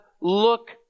look